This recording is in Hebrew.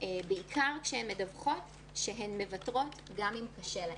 בעיקר כשהן מדווחות שהן מוותרות גם אם קשה להן.